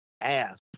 ask